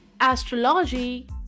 astrology